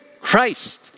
Christ